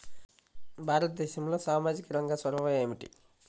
భారతదేశంలో సామాజిక రంగ చొరవ ఏమిటి?